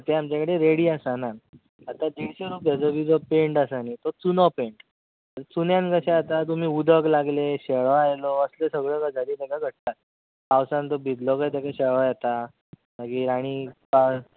ते आमचे कडेन रेडी आसना आतां देडशे रुपयाचो जो पेंट आसा तो चुनो पेंट चुन्यान कशें जाता उदक लागलें शेळो आयलो असल्यो सगळ्यो गजाली ताका घडटात पावसान तो भिजलो काय ताका शेळो येता मागीर आनीक पांच